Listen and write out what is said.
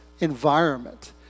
environment